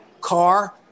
car